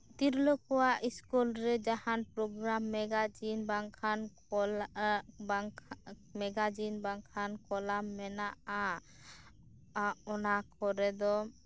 ᱛᱤᱨᱞᱟᱹᱠᱚᱣᱟᱜ school ᱨᱮ ᱡᱟᱦᱟᱱ program magazine ᱵᱟᱝᱠᱷᱟᱱ ᱚᱞ ᱵᱟᱝᱠᱷᱟᱱ ᱢᱮᱜᱟᱡᱤᱱ ᱵᱟᱝᱠᱷᱟᱱ ᱠᱚᱞᱟᱢ ᱢᱮᱱᱟᱜᱼᱟ ᱚᱱᱟ ᱠᱚᱨᱮᱫᱚ